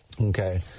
Okay